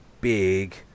big